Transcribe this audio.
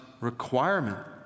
requirement